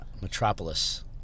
Metropolis